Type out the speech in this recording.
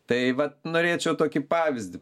tai vat norėčiau tokį pavyzdį